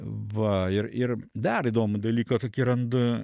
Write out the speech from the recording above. va ir ir dar įdomų dalyką tokį randu